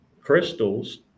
crystals